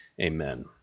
Amen